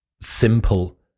simple